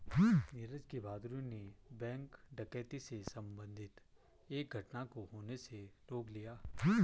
नीरज की बहादूरी ने बैंक डकैती से संबंधित एक घटना को होने से रोक लिया